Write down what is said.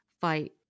fight